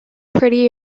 pretty